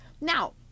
Now